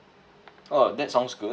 oh that sounds good